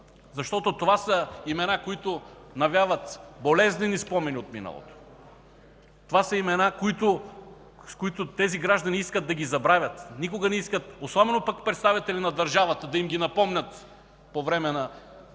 Вас”. Това са имена, които навяват болезнени спомени от миналото, това са имена, които тези граждани искат да забравят. Не искат никога, особено пък представители на държавата да им ги напомнят тогава,